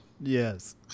Yes